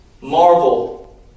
Marvel